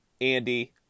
Andy